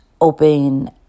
open